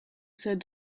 said